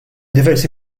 diversi